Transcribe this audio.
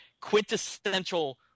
quintessential